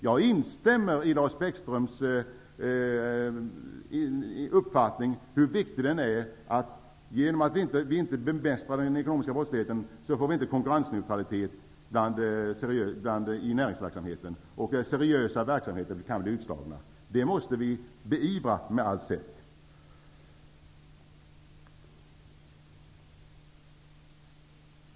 Jag instämmer i Lars Bäckströms uppfattning: Genom att vi inte bemästrar den ekonomiska brottsligheten får vi inte konkurrensneutralitet i näringsverksamheten; seriösa verksamheter kan därigenom slås ut. Det måste vi på alla sätt beivra.